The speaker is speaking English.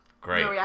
Great